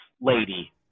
lady